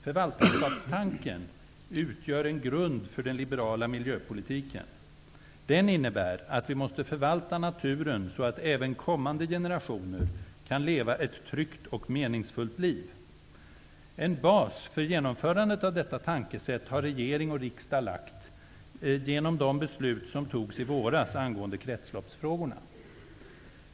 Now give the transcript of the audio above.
Förvaltarskapstanken utgör en grund för den liberala miljöpolitiken. Den innebär att vi måste förvalta naturen så att även kommande generationer kan leva ett tryggt och meningsfullt liv. En bas för genomförandet av detta tankesätt har regering och riksdag lagt, genom de beslut som togs i våras angående kretsloppsfrågorna.